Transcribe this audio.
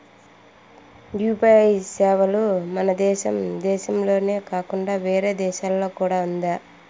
UPI సేవలు మన దేశం దేశంలోనే కాకుండా వేరే దేశాల్లో కూడా ఉందా?